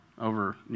over